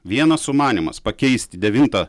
vienas sumanymas pakeisti devyntą